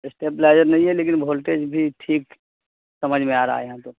stabilizer نہیں ہے لیکن وولٹیج بھی ٹھیک سمجھ میں آ رہا ہے